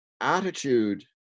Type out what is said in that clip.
attitude